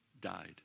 died